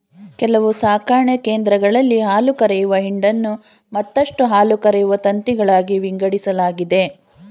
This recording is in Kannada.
ಕೆಲವು ಸಾಕಣೆ ಕೇಂದ್ರಗಳಲ್ಲಿ ಹಾಲುಕರೆಯುವ ಹಿಂಡನ್ನು ಮತ್ತಷ್ಟು ಹಾಲುಕರೆಯುವ ತಂತಿಗಳಾಗಿ ವಿಂಗಡಿಸಲಾಗಿದೆ